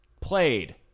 played